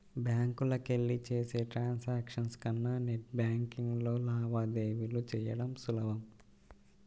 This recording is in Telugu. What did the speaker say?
బ్యాంకులకెళ్ళి చేసే ట్రాన్సాక్షన్స్ కన్నా నెట్ బ్యేన్కింగ్లో లావాదేవీలు చెయ్యడం సులభం